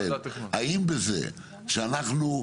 האם בזה שאנחנו,